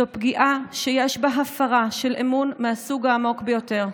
זאת פגיעה שיש בה הפרה של אמון מהסוג העמוק ביותר,